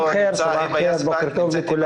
סבאח אלח'יר, בוקר טוב לכולם.